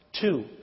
Two